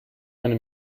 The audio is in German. eine